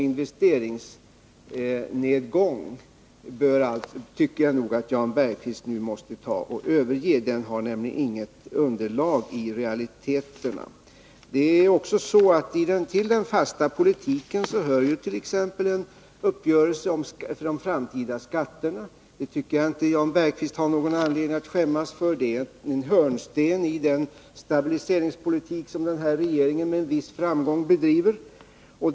Jag tycker att Jan Bergqvist måste överge myten om en investeringsnedgång, eftersom den i realiteten inte har någon grund. Till den fasta politiken hör ju exempelvis också uppgörelsen om de framtida skatterna. Jag tycker inte att Jan Bergqvist har någon anledning att skämmas för detta. Det är en hörnsten i den stabiliseringspolitik som den här regeringen med en viss framgång bedriver.